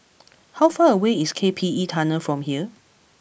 how far away is K P E Tunnel from here